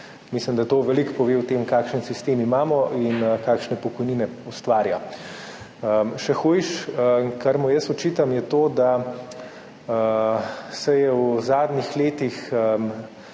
Mislim, da to veliko pove o tem, kakšen sistem imamo in kakšne pokojnine ustvarja. Še hujše, kar mu jaz očitam, je to, da se je v zadnjih letih